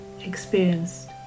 experienced